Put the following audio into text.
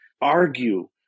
argue